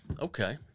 Okay